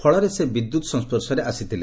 ଫଳରେ ସେ ବିଦ୍ୟୁତ ସଂସର୍ଶରେ ଆସିଥିଲେ